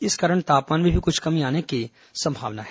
इस कारण तापमान में भी कुछ कमी आने की संभावना है